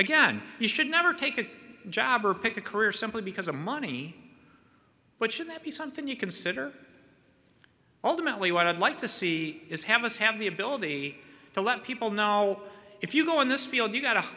again you should never take a job or pick a career simply because of money but should that be something you consider ultimately what i'd like to see is have us have the ability to let people know if you go on this field you've got